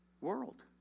world